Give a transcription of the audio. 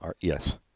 Yes